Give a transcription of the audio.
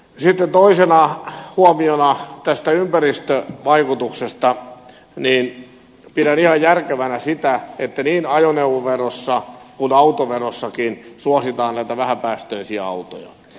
sitten toisena huomiona tästä ympäristövaikutuksesta pidän ihan järkevänä sitä että niin ajoneuvoverossa kuin autoverossakin suositaan näitä vähäpäästöisiä autoja